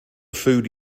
food